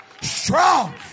strong